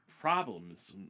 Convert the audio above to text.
problems